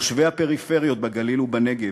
יושבי הפריפריות בגליל ובנגב,